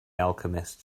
alchemist